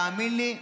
תאמין לי,